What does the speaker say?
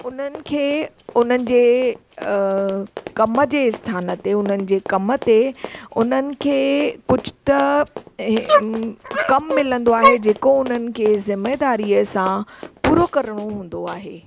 उन्हनि खे उन्हनि जे कम जे स्थान ते उन्हनि जे कम ते उन्हनि खे कुझु त कमु मिलंदो आहे जेको उन्हनि खे ज़िमेदारीअ सां पूरो करिणो हूंदो आहे